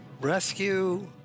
rescue